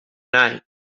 night